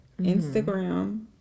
Instagram